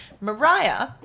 Mariah